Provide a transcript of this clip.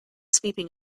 sweeping